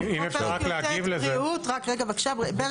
נתחיל לקרוא.